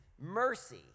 mercy